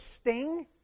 sting